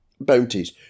bounties